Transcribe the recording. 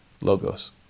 Logos